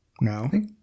No